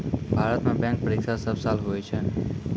भारत मे बैंक परीक्षा सब साल हुवै छै